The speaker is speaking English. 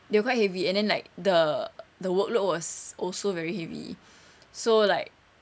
they quite heavy and then like the the workload was also very heavy so like